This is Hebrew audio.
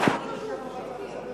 חוק ומשפט